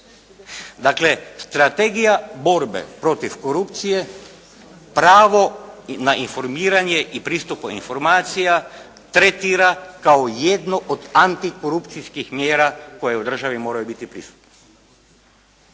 Dakle strategija borbe protiv korupcije, pravo na informiranje i pristupu informacija tretira kao jedno od antikorupcijskih mjera koje u državi moraju biti prisutne.